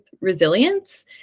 resilience